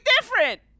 different